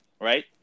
Right